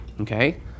okay